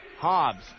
Hobbs